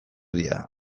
dira